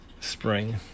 Spring